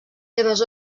seves